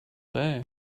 day